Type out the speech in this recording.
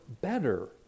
better